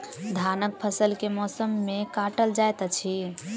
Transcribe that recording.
धानक फसल केँ मौसम मे काटल जाइत अछि?